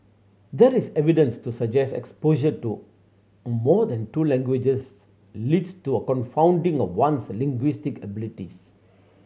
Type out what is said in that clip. there is no evidence to suggest exposure to more than two languages leads to a confounding of one's linguistic abilities